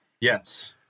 yes